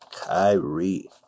Kyrie